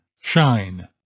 Shine